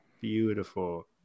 beautiful